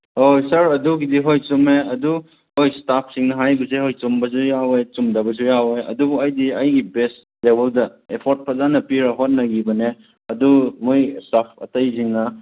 ꯍꯣꯏ ꯁꯥꯔ ꯑꯗꯨꯒꯤꯗꯤ ꯍꯣꯏ ꯆꯨꯝꯃꯦ ꯑꯗꯨ ꯑꯩꯈꯣꯏ ꯏꯁꯇꯥꯐꯁꯤꯡꯅ ꯍꯥꯏꯕꯁꯦ ꯍꯣꯏ ꯆꯨꯝꯕꯁꯨ ꯌꯥꯎꯋꯦ ꯆꯨꯝꯗꯕꯁꯨ ꯌꯥꯎꯋꯦ ꯑꯗꯨꯕꯨ ꯑꯩꯗꯤ ꯑꯩꯒꯤ ꯕꯦꯁ ꯂꯦꯚꯦꯜꯗ ꯑꯦꯐꯔꯠ ꯐꯖꯅ ꯄꯤꯔ ꯍꯣꯠꯅꯈꯤꯕꯅꯦ ꯑꯗꯨ ꯃꯣꯏ ꯏꯁꯇꯥꯐ ꯑꯇꯩꯁꯤꯡꯅ